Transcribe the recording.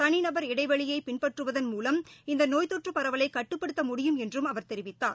தனிநபர் இடைவெளியைபின்பற்றுவதன் மூலம் இந்தநோய்த்தொற்றுபரவலைகட்டுப்படுத்த முடியும் என்றும் அவர் தெரிவித்தார்